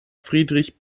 friedrich